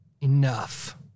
Enough